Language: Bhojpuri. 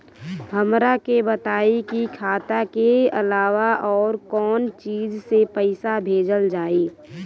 हमरा के बताई की खाता के अलावा और कौन चीज से पइसा भेजल जाई?